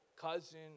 cousin